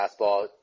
fastball